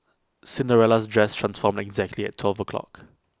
Cinderella's dress transformed exactly at twelve o' clock